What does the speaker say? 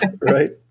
right